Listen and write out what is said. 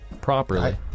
Properly